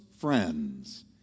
friends